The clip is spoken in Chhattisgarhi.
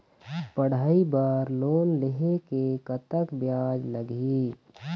पढ़ई बर लोन लेहे ले कतक ब्याज लगही?